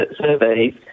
surveys